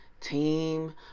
team